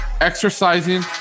exercising